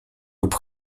rób